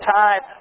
time